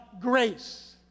grace